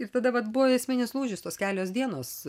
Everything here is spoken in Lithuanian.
ir tada vat buvo esminis lūžis tos kelios dienos